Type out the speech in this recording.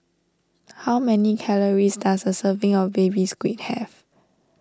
how many calories does a serving of Baby Squid have